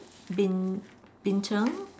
bin bin-cheng